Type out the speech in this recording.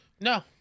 no